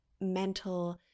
mental